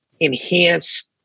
enhance